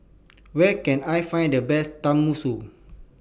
Where Can I Find The Best Tenmusu